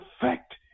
effect